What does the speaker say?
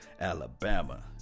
alabama